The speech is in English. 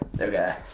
Okay